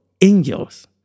angels